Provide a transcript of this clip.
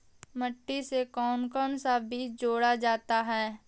माटी से कौन कौन सा बीज जोड़ा जाता है?